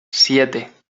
siete